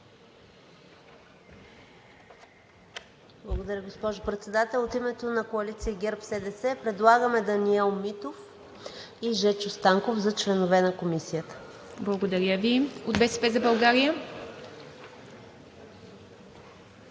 Благодаря, госпожо Председател. От името на коалиция ГЕРБ-СДС предлагам Даниел Митов и Жечо Станков за членове на Комисията. ПРЕДСЕДАТЕЛ ИВА МИТЕВА: Благодаря Ви. От „БСП за България“?